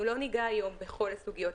אנחנו לא נגע היום בכל הסוגיות.